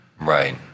Right